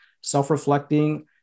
self-reflecting